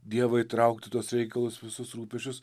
dievą įtraukt į tuos reikalus į visus rūpesčius